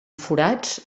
forats